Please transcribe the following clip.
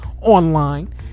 online